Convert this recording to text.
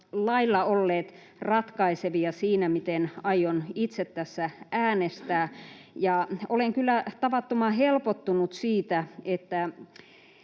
lailla olleet ratkaisevia siinä, miten aion itse tässä äänestää. Olen kyllä tavattoman helpottunut siitä, että